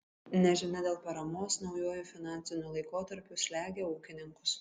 nežinia dėl paramos naujuoju finansiniu laikotarpiu slegia ūkininkus